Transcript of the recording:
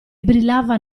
brillava